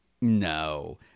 No